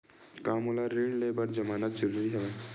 का मोला ऋण ले बर जमानत जरूरी हवय?